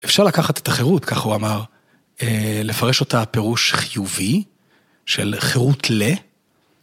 אפשר לקחת את החירות, כך הוא אמר, לפרש אותה פירוש חיובי, של חירות ל.